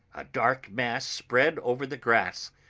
a dark mass spread over the grass,